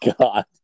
God